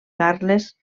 carles